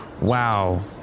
Wow